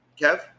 Kev